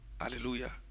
hallelujah